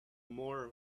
more